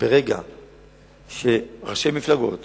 שברגע שראשי מפלגות